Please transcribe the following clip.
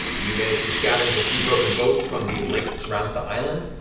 you manage to scavenge a few broken boats from the lake that surrounds the island.